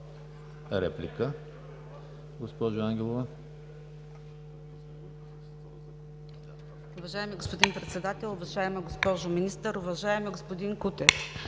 Реплика? Госпожо Ангелова.